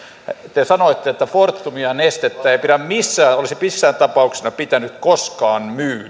te te sanoitte että fortumia ja nestettä ei olisi missään tapauksessa pitänyt koskaan myydä